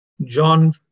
John